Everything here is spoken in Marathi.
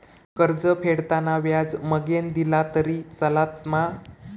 कर्ज फेडताना व्याज मगेन दिला तरी चलात मा?